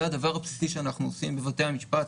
זה הדבר הבסיסי שאנחנו עושים בבתי המשפט.